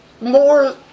more